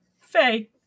Faye